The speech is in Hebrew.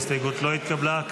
ההסתייגות לא התקבלה.